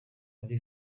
muri